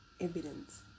evidence